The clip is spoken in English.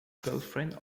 girlfriend